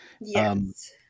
Yes